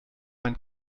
mein